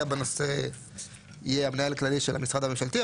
בנושא יהיה המנהל הכללי של המשרד הממשלתי,